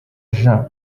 jean